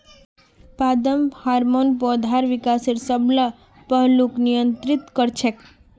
पादप हार्मोन पौधार विकासेर सब ला पहलूक नियंत्रित कर छेक